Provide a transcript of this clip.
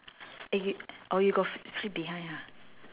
eh you oh you got flip behind ha